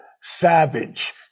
Savage